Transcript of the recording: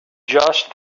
just